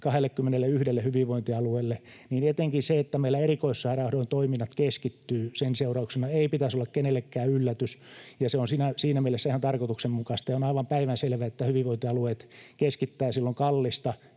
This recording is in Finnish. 21 hyvinvointialueeseen, niin etenkin se, että meillä erikoissairaanhoidon toiminnat keskittyvät sen seurauksena, ei pitäisi olla kenellekään yllätys. Se on siinä mielessä ihan tarkoituksenmukaista, ja on aivan päivänselvää, että hyvinvointialueet keskittävät silloin kallista